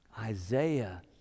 Isaiah